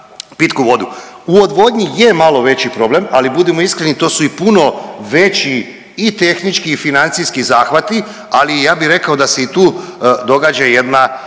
U odvodnji je malo veći problem, ali budimo iskreni, to su i puno veći i tehnički i financijski zahvati, ali ja bih rekao da se i tu događa jedna